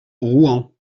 rouen